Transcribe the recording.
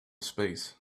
space